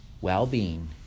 well-being